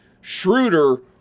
Schroeder